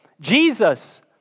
Jesus